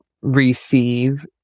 receive